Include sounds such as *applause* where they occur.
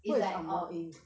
is like a *noise*